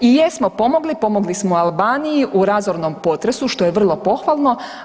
I jesmo pomogli, pomogli smo Albaniji u razornom potresu što je vrlo pohvalno.